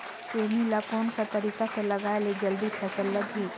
सेमी ला कोन सा तरीका से लगाय ले जल्दी फल लगही?